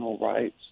rights